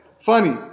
Funny